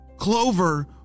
Clover